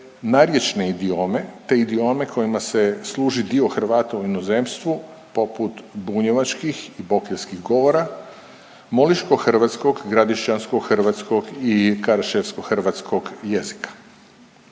narječne idiome te idiome kojima se služi dio Hrvata u inozemstvu, poput bunjevačkih i bokeljskih govora, moliško-hrvatskog, gradišćansko-hrvatskog i karaševsko-hrvatskog jezika.